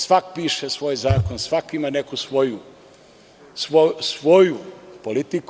Svako piše svoj zakon, svako ima neku svoju politiku.